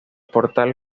portal